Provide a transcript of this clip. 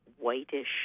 whitish